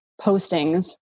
postings